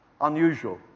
unusual